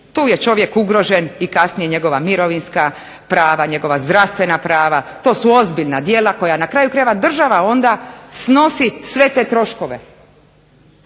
Tu je čovjek ugrožen i kasnije njegova mirovinska prava, njegova zdravstvena prava. To su ozbiljna djela koja na kraju krajeva država onda snosi sve te troškove.